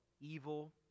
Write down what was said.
evil